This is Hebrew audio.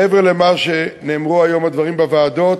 מעבר לדברים שנאמרו היום בוועדות,